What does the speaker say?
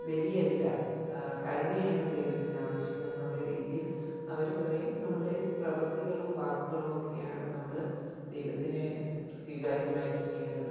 ബലിയല്ല കരുണയാണ് ദൈവത്തിനാവശ്യമെന്നുള്ള രീതിയിൽ അവർ പറയും നമ്മളുടെ പ്രവർത്തികളും വാക്കുകളുമൊക്കെയാണ് നമ്മൾ ദൈവത്തിന് സ്വീകാര്യമായിട്ട് ചെയ്യേണ്ടത്